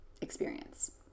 experience